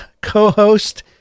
co-host